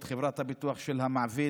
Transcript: את חברת הביטוח של המעביד,